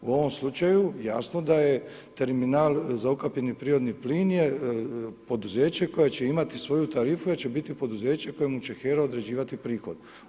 U ovom slučaju jasno da je terminal za ukapljeni prirodni plin je poduzeće koje će imati svoju tarifu jer će biti poduzeće u kojemu će HERA određivati prihod.